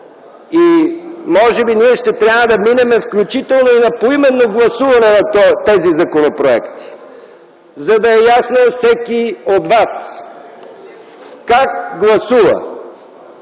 Може би ние ще трябва да минем включително и на поименно гласуване на тези законопроекти, за да е ясно всеки от вас как гласува,